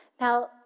Now